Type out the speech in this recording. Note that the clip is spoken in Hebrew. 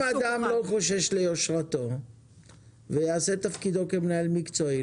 אם אדם לא חושש ליושרתו והוא יעשה את תפקידו כמנהל מקצועי,